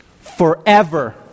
forever